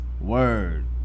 Word